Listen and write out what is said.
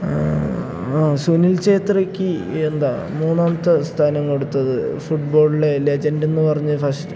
സുനിൽ ഛേത്രക്ക് എന്താ മൂന്നാമത്തെ സ്ഥാനം കൊടുത്തത് ഫുട്ബോളിലെ ലെജൻ്റ് എന്നു പറഞ്ഞ് ഫസ്റ്റ്